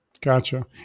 Gotcha